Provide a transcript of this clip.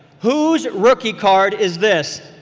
whose rookie card is this?